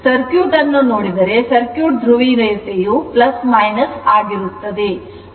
circuit ಅನ್ನು ನೋಡಿದರೆ circuit ಧ್ರುವೀಯತೆಯು ಆಗಿರುತ್ತದೆ